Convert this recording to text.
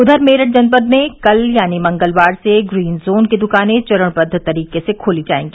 उधर मेरठ जनपद में कल यानी मंगलवार से ग्रीन जोन की दुकानें चरणबद्व तरीके से खोली जाएगी